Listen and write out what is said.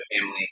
family